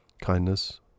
Kindness